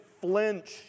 flinch